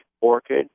orchid